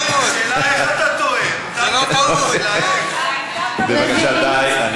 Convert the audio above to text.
רביעית, השאלה היא איך אתה טועה, בבקשה, די.